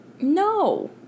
No